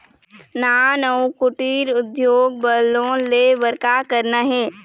नान अउ कुटीर उद्योग बर लोन ले बर का करना हे?